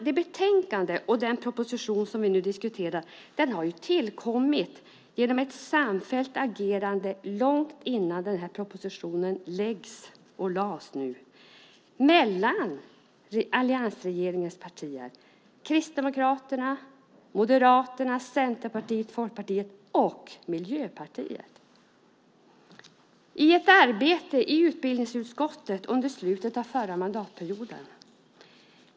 Det betänkande och den proposition som vi nu diskuterar har tillkommit genom ett samfällt agerande mellan alliansregeringens partier, Kristdemokraterna, Moderaterna, Centerpartiet och Folkpartiet, och Miljöpartiet långt innan den här propositionen lades fram, i ett arbete i utbildningsutskottet under slutet av förra mandatperioden.